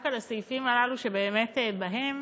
דווקא לסעיפים הללו, שבאמת בהם